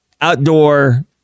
outdoor